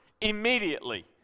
immediately